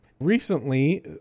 Recently